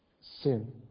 sin